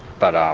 but,